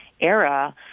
era